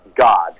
God